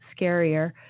scarier